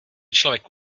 člověk